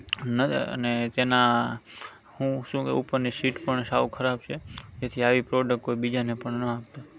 અને તેના હું શું કહું ઉપરની સીટ પણ સાવ ખરાબ છે જેથી આવી પ્રોડક્ટ કોઈ બીજાને પણ ના આપતાં